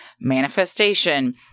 manifestation